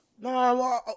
No